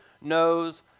knows